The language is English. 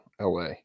LA